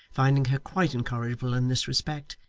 finding her quite incorrigible in this respect,